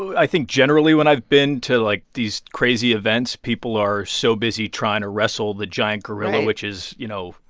i think generally, when i've been to, like, these crazy events, people are so busy trying to wrestle the giant gorilla. right. which is, you know.